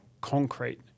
concrete